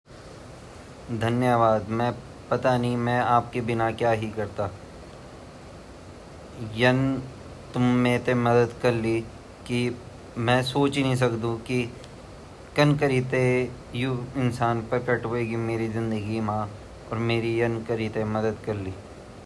तुमते धन्यवाद पता नी आपा बिना मै क्या ही करदु अगर तुम ममेरा जीवन मा नि औंदी ता मि तुमा बिगेर क्या करोल ,तुमन मेरु जीवन हरयु-भरयू करएल अर तुमन मेरु जीवन मा रंग भरयेल तुमन मेरा घर ते इति सुन्दर बन्याल तुमार आंड तुमा कदम से ही मेरु घर चमकगे तुमन मेरु घर स्वर्ग बनेली।